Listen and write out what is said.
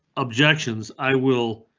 objections i will.